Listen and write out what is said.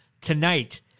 tonight